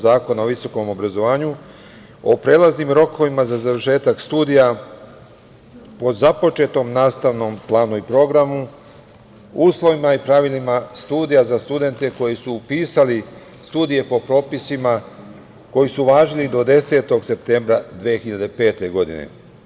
Zakona o visokom obrazovanju, o prelaznim rokovima za završetak studija po započetom nastavnom planu i programu, o uslovima i pravilima studija za studente koji su upisivali studije po propisima koji su važili do 10. septembra 2005. godine.